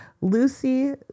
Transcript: Lucy